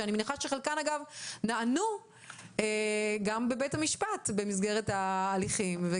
שאני מניחה שחלקן נענו במסגרת ההליכים בבית המשפט,